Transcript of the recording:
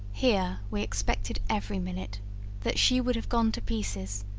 here we expected every minute that she would have gone to pieces,